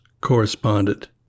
correspondent